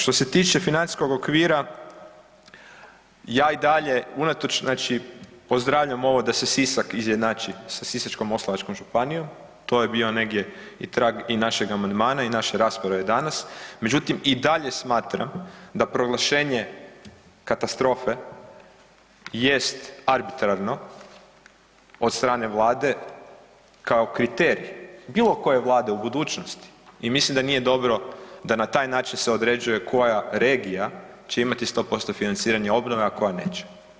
Što se tiče financijskog okvira ja i dalje unatoč znači pozdravljam ovo da se Sisak izjednači sa Sisačko-moslavačkom županijom, to je bio negdje i trag i našeg amandmana i naše rasprave danas međutim i dalje smatram da proglašenje katastrofe jest arbitrarno od strane Vlade kao kriterij bilo koje vlade u budućnosti i mislim da nije dobro da na taj način se određuje koja regija će imati 100% financiranja obnove, a koja neće.